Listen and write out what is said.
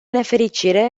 nefericire